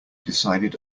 decided